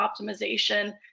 optimization